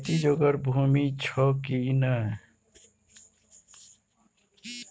खेती जोगर भूमि छौ की नै?